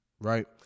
right